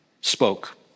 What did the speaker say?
spoke